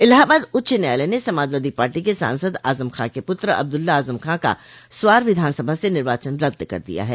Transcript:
इलाहाबाद उच्च न्यायालय ने समाजवादी पार्टी के सांसद आजम खां के पुत्र अब्दुल्ला आजम खां का स्वार विधानसभा से निर्वाचन रद्द कर दिया है